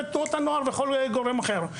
תנועות נוער וכל גורם אחר.